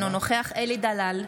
אינו נוכח אלי דלל,